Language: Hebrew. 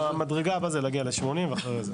המדרגה הבאה זה להגיע לשמונים ואחרי זה.